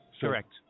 Correct